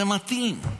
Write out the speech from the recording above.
זה מתאים.